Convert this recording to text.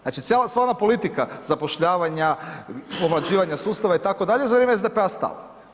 Znači, cijela, sva ona politika zapošljavanja, pomlađivanja sustava itd. je za vrijeme SDP-a stala.